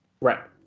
Right